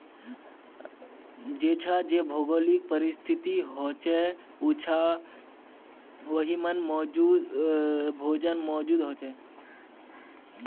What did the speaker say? जेछां जे भौगोलिक परिस्तिथि होछे उछां वहिमन भोजन मौजूद होचे